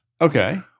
Okay